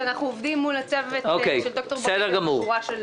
שאנחנו עובדים מול הצוות של ד"ר ברקת בשורה של